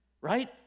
right